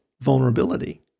vulnerability